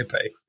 pay